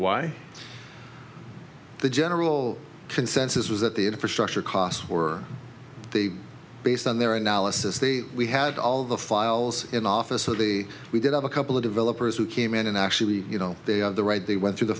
why the general consensus was that the infrastructure costs were they based on their analysis the we had all the files in office really we did have a couple of developers who came in and actually you know they have the right they went through the